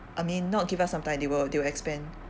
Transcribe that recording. I mean not give us some time they will they will expand